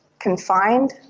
confined,